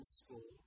school